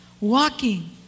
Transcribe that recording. Walking